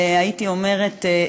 הייתי אומרת,